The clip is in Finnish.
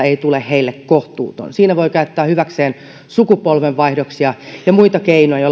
ei tule heille kohtuuton siinä voi käyttää hyväkseen sukupolvenvaihdoksia ja muita keinoja